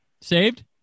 Saved